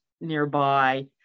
nearby